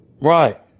Right